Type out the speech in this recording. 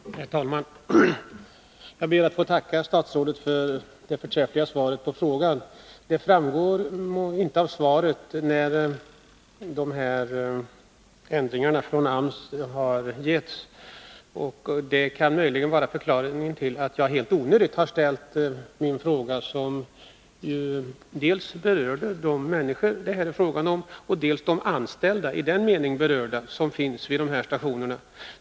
Herr talman! Jag ber att få tacka statsrådet för det förträffliga svaret på frågan. Det framgår inte av svaret när AMS har gett besked om de här ändringarna. Det är en förklaring till att jag helt onödigt har ställt min fråga, som ju berör dels de människor som det här är fråga om, dels de anställda vid dessa stationer.